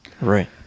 Right